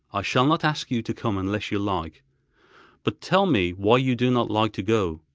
i shall not ask you to come unless you like but tell me why you do not like to go,